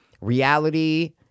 reality